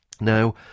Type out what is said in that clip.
Now